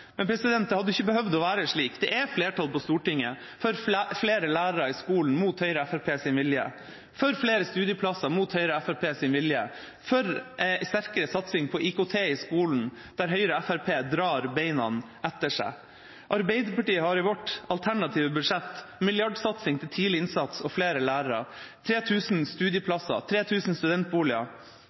Men det hadde ikke behøvd å være slik. Det er flertall på Stortinget for flere lærere i skolen, mot Høyre og Fremskrittspartiets vilje for flere studieplasser, mot Høyre og Fremskrittspartiets vilje for en sterkere satsing på IKT i skolen, der Høyre og Fremskrittspartiet drar beina etter seg Arbeiderpartiet har i sitt alternative budsjett: milliardsatsing til tidlig innsats og flere lærer 3 000 studieplasser 3 000 studentboliger